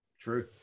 True